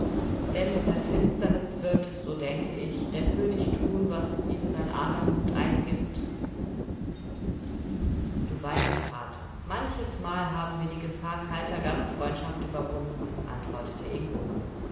denn in der finsternis wird so denke ich der könig tun was ihm sein arger mut eingibt du weißt vater manches mal haben wir die gefahr kalter gastfreundschaft überwunden antwortete ingo